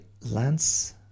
Lance